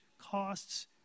costs